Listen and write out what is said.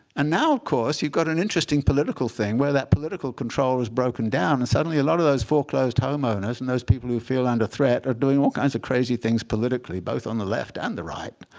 and now, of course, you've got an interesting political thing where that political control has broken down. and suddenly, a lot of those foreclosed homeowners and those people who feel under threat are doing all kinds of crazy things politically, both on the left and the right.